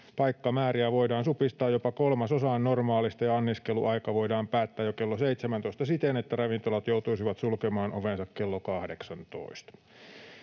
paikkamääriä voidaan supistaa jopa kolmasosaan normaalista ja anniskeluaika voidaan päättää jo kello 17 siten, että ravintolat joutuisivat sulkemaan ovensa kello 18.